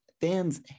fans